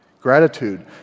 Gratitude